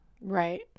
right